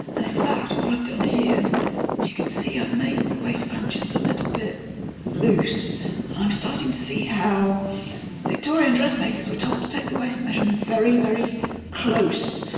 and in fact, what i've done here you can see i've made the waistband just a little bit loose and i'm starting to see how victorian dressmakers were told to take the waist measurement very, very close,